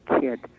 kid